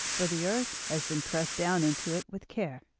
for the earth has been pressed down into it with care.